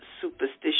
superstition